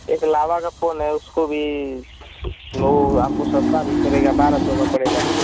एक लावा का फोन है उसको भी वह आपको सस्ता भी पड़ेगा बारह सौ का पड़ेगा